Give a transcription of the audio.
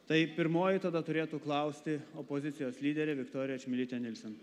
tai pirmoji tada turėtų klausti opozicijos lyderė viktorija čmilytė nilsen